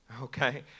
Okay